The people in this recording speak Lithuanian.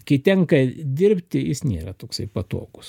kai tenka dirbti jis nėra toksai patogus